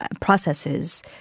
processes